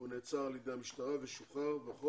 הוא נעצר על ידי המשטרה ושוחרר וכל